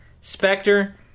Spectre